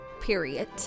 period